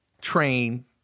train